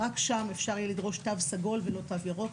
רק שם אפשר יהיה לדרוש תו סגול ולא תו ירוק.